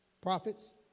prophets